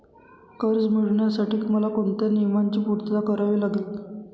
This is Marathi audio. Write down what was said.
कर्ज मिळविण्यासाठी मला कोणत्या नियमांची पूर्तता करावी लागेल?